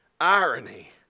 irony